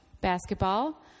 basketball